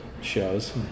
shows